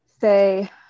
say